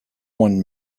won